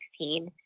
2016